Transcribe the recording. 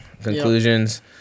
conclusions